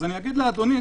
היום,